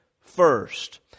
first